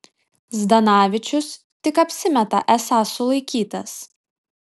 zdanavičius tik apsimeta esąs sulaikytas